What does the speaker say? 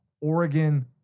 Oregon